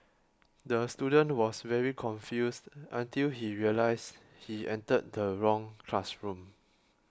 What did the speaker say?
the student was very confused until he realised he entered the wrong classroom